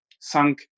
sunk